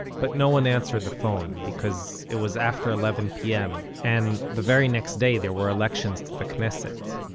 but no one answered the phone, because it was after eleven pm, and the very next day there were elections to the knesset.